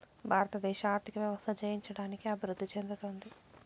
భారతదేశ ఆర్థిక వ్యవస్థ జయించడానికి అభివృద్ధి చెందుతోంది